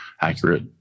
accurate